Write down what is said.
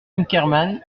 inkermann